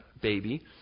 baby